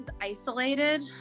isolated